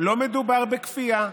לא מדובר בכפייה,